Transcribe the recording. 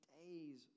days